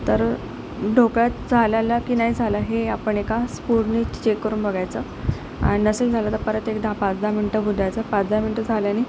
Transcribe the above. तर ढोकळा झालेला की नाही झाला हे आपण एका स्पूननी चेक करून बघायचं आणि नसेल झालेला परत एकदा पाच दहा मिनटं होऊ द्यायचं पाच दहा मिनटं झाल्यानी